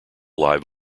live